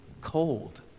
cold